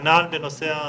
כנ"ל בנושא המכללות.